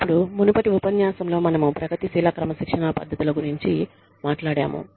ఇప్పుడు మునుపటి ఉపన్యాసంలో మనము ప్రగతిశీల క్రమశిక్షణా పద్ధతుల గురించి మాట్లాడాము